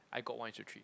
I got one is to three